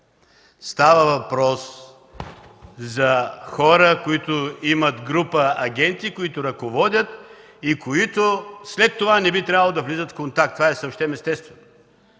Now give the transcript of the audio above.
става въпрос за хора, които имат група агенти, които ръководят и след това не би трябвало да влизат в контакт – това е съвсем естествено.